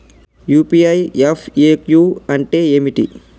UPI FAQ అంటే ఏమిటి?